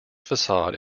facade